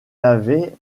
avait